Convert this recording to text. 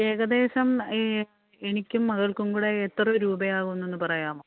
ഏകദേശം ഈ എനിക്കും മകൾക്കും കൂടെ എത്ര രൂപയാവും എന്നൊന്ന് പറയാമോ